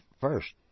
first